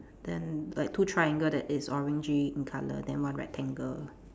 then like two triangle that is orangey in colour then one rectangle